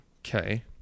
okay